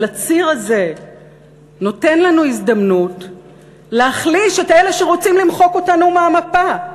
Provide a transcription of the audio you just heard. אבל הציר הזה נותן לנו הזדמנות להחליש את אלה שרוצים למחוק אותנו מהמפה.